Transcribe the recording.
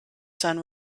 sun